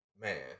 Man